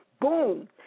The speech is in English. boom